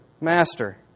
Master